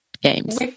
games